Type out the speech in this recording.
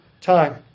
time